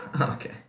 Okay